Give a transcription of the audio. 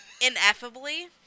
ineffably